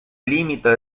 limita